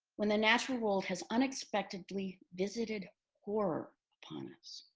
when the natural world has unexpectedly visited horror upon us,